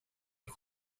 inc